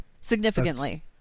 Significantly